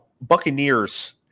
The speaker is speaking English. Buccaneers